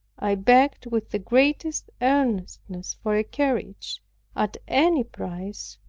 i begged with the greatest earnestness for a carriage at any price,